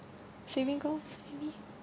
saving goals any